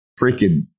freaking